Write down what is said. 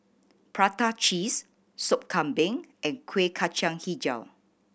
prata cheese Sop Kambing and Kueh Kacang Hijau